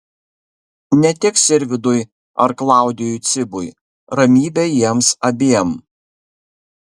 ne tik sirvydui ar klaudijui cibui ramybė jiems abiem